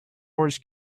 wars